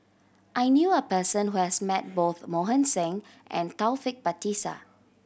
I knew a person who has met both Mohan Singh and Taufik Batisah